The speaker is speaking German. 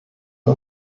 wir